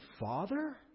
Father